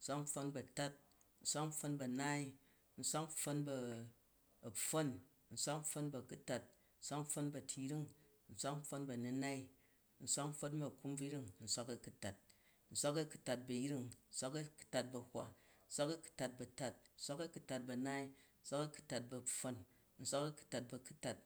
nswak-npfon bu atat, nswak-npfon bu a̱naai, nswak-npfon bu a̱pfon, nswak-npfon bu a̱kʉtat, nswak-npfon bu a̱tu̱yring, nswak-npfon bu a̱nu̱nai, nswak-npfon bu a̱kumbvuyring, nswak-kutt, nswak-a̱ku̱tat bu ayring nswak-a̱ku̱tat bu a̱hwa, nswak-a̱ku̱tat bu a̱tat, nswak-a̱ku̱tat bu a̱naai, nswak-a̱ku̱tat bu a̱pfon, nswak-a̱ku̱tat bu a̱ku̱tat